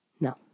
No